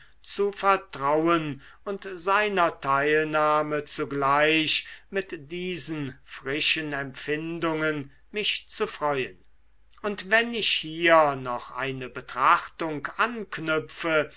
zu vertrauen und seiner teilnahme zugleich mit diesen frischen empfindungen mich zu freuen und wenn ich hier noch eine betrachtung anknüpfe